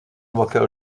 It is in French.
walker